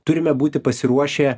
turime būti pasiruošę